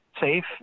safe